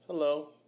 Hello